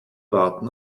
warten